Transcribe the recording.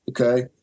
Okay